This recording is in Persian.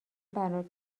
برات